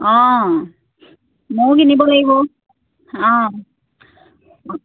অঁ মইও কিনিব লাগিব অঁ